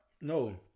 No